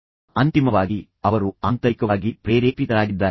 ಮತ್ತು ಅಂತಿಮವಾಗಿ ನಾನು ಹೇಳಿದಂತೆ ಅವರು ಬಹಳ ಆಂತರಿಕವಾಗಿ ಪ್ರೇರೇಪಿತರಾಗಿದ್ದಾರೆ